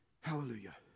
Hallelujah